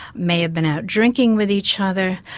may have been out drinking with each other,